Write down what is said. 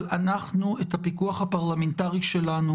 אבל אנחנו את הפיקוח הפרלמנטרי שלנו